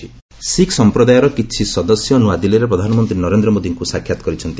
PM Sikh members Sikh ସମ୍ପ୍ରଦାୟର କିଛି ସଦସ୍ୟ ନୂଆଦିଲ୍ଲୀରେ ପ୍ରଧାନମନ୍ତ୍ରୀ ନରେନ୍ଦ୍ର ମୋଦିଙ୍କ ସାକ୍ଷାତ କରିଛନ୍ତି